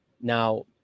Now